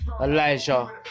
Elijah